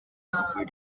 over